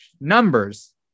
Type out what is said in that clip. numbers